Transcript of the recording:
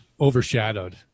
overshadowed